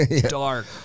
dark